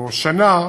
או שנה,